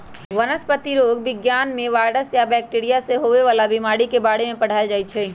वनस्पतिरोग विज्ञान में वायरस आ बैकटीरिया से होवे वाला बीमारी के बारे में पढ़ाएल जाई छई